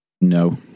No